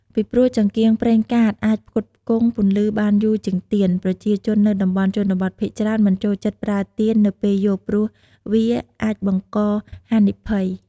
ពីព្រោះចង្កៀងប្រេងកាតអាចផ្គត់ផ្គង់ពន្លឺបានយូរជាងទៀន ប្រជាជននៅតំបន់ជនបទជាច្រើនមិនចូលចិត្តប្រើទៀននៅពេលយប់ព្រោះវាអាចបង្កហានិភ័យ។